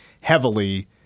heavily